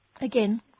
again